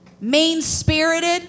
Mean-spirited